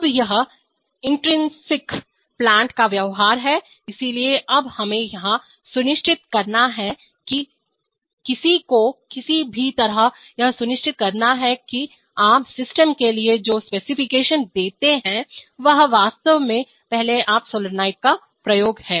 अब यह intrinsic plant का व्यवहार है इसलिए अब हमें यहां सुनिश्चित करना है किसी को किसी भी तरह यह सुनिश्चित करना है कि आप सिस्टम के लिए जो स्पेसिफिकेशंस देते हैं वह वास्तव में पहले अप सोलनॉइड का प्रयोग है